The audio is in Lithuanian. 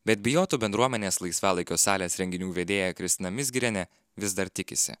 bet bijotų bendruomenės laisvalaikio salės renginių vedėja kristina mizgirienė vis dar tikisi